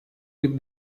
with